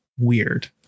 Weird